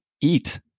eat